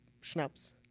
Schnaps